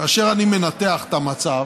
כאשר אני מנתח את המצב